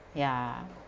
ya